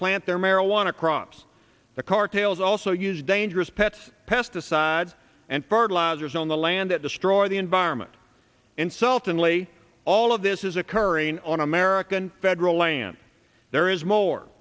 plant their marijuana crops the cartels also use dangerous pets pesticides and fertilizers on the land that destroy the environment insultingly all of this is occurring on american federal land there is more